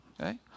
Okay